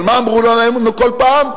אבל מה אמרו לנו כל פעם?